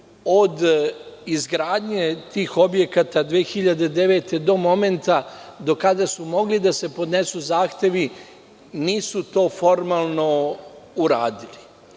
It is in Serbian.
od izgradnje tih objekata 2009. godine do momenta do kada su mogli da se podnesu zahtevi, nisu to formalno uradili. Mi